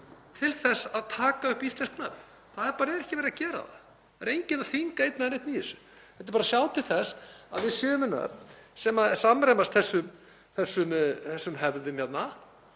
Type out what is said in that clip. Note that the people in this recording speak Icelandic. til þess að taka upp íslensk nöfn. Það er bara ekki verið að gera það. Það er enginn að þvinga einn eða neinn í þessu. Þetta er bara að sjá til þess að við séum með nöfn sem samræmast þessum hefðum hérna